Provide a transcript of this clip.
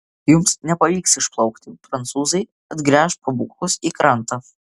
jums nepavyks išplaukti prancūzai atgręš pabūklus į krantą